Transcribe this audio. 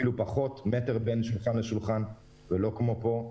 אפילו פחות, מטר בין שולחן לשולחן, ולא כמו פה.